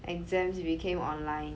exams became online